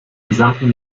gesamten